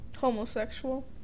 Homosexual